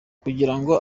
kugirango